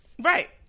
right